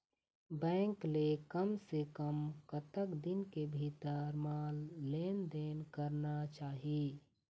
Bank ले कम से कम कतक दिन के भीतर मा लेन देन करना चाही?